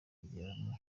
kugeramo